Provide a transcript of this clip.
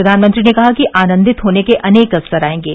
प्रधानमंत्री ने कहा कि आनंदित होने के अनेक अवसर आएंगे